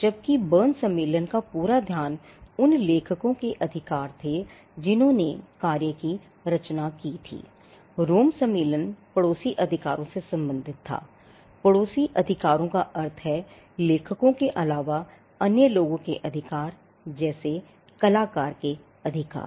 जबकि बर्न सम्मेलन का पूरा ध्यान उन लेखकों के अधिकार थे जिन्होंने कार्य की रचना की थी रोम सम्मेलन पड़ोसी अधिकारों से संबंधित था पड़ोसी अधिकारों का अर्थ है लेखकों के अलावा अन्य लोगों के अधिकार जैसे कलाकार के अधिकार